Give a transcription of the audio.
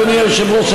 אדוני היושב-ראש,